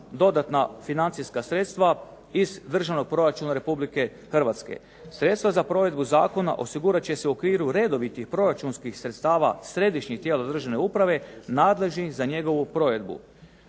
dodatna financijska sredstva iz Državnog proračuna RH. Sredstva za provedbu zakona osigurat će se u okviru redovitih proračunskih sredstava središnjih tijela državne uprave, nadležnih za njegovu provedbu.